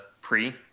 pre